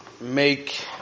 make